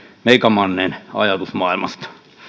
meikämannen ajatusmaailmasta